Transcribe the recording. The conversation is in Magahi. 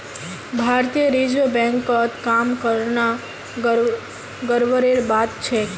भारतीय रिजर्व बैंकत काम करना गर्वेर बात छेक